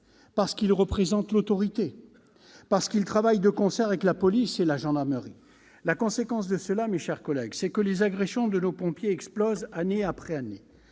parce qu'ils représentent l'autorité, parce qu'ils travaillent de concert avec la police et la gendarmerie. La conséquence en est, mes chers collègues, que le nombre des agressions dont sont victimes nos pompiers explose, année après année.